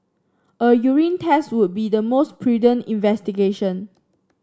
a urine test would be the most prudent investigation